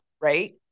right